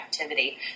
activity